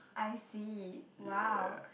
I see !wow!